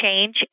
change